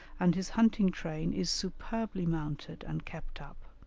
and his hunting-train is superbly mounted and kept up.